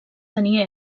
tenir